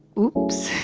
oops.